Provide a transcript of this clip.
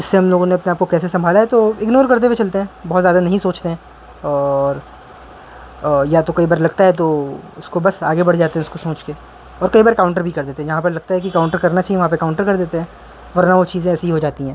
اس سے ہم لوگوں اپنے آپ کو کیسے سنبھالا جائے تو اگنور کرتے ہوئے چلتے ہیں بہت زیادہ نہیں سوچتے ہیں اور یا تو کئی بار لگتا ہے تو اس کو بس آگے بڑھ جاتے ہیں اس کو سوچ کے اور کئی بار کاؤنٹر بھی کر دیتے ہیں یہاں پہ لگتا ہے کہ کاؤنٹر کرنا چاہیے وہاں پہ کاؤنٹر کر دیتے ہیں ورنہ وہ چیزیں ایسی ہو جاتی ہیں